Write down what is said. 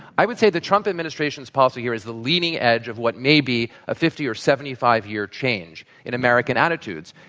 i would say the trump administration's policy here is the leading edge of what may be a fifty or seventy five year change in american attitude.